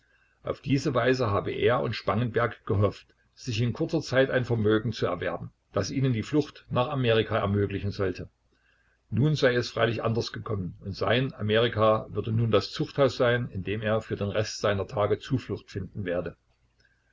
auf diese weise habe er und spangenberg gehofft sich in kurzer zeit ein vermögen zu erwerben das ihnen die flucht nach amerika ermöglichen sollte nun sei es freilich anders gekommen und sein amerika würde nun das zuchthaus sein in dem er für den rest seiner tage zuflucht finden werde